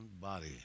body